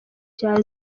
vya